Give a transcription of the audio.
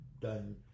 done